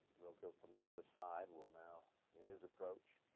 rocca from the other side will now in his approach.